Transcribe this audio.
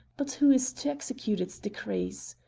but who is to execute its decrees?